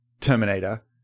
Terminator